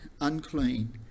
unclean